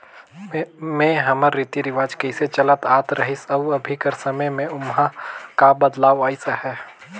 में हमर रीति रिवाज कइसे चलत आत रहिस अउ अभीं कर समे में ओम्हां का बदलाव अइस अहे